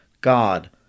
God